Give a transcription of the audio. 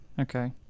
Okay